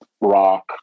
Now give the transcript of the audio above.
rock